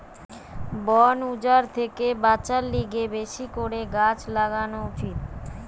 বন উজাড় থেকে বাঁচার লিগে বেশি করে গাছ লাগান উচিত